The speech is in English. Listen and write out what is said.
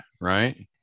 right